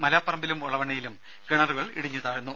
മലാപ്പറമ്പിലും ഒളവണ്ണയിലും കിണറുകൾ ഇടിഞ്ഞു താഴ്ന്നു